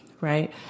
right